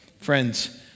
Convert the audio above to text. Friends